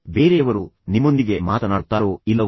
ಬೇರೆಯವರು ನಿಮ್ಮೊಂದಿಗೆ ಮಾತನಾಡುತ್ತಾರೋ ಇಲ್ಲವೋ